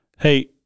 hey